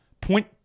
Point